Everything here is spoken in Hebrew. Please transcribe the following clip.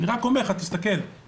אני רק אומר לך: אני